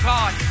God